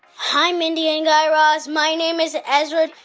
hi, mindy and guy raz. my name is ezra.